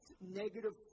negative